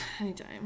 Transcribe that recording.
anytime